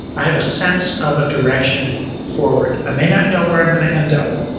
i have a sense of a direction forward. i may not know where i'm gonna end up,